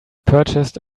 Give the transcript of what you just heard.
purchased